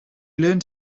learned